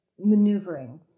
maneuvering